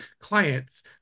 clients